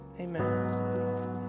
amen